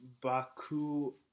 Baku